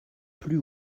plus